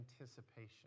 anticipation